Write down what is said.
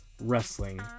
wrestling